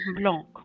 Blanc